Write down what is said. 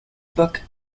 book